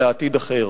לעתיד אחר,